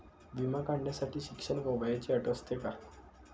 विमा काढण्यासाठी शिक्षण आणि वयाची अट असते का?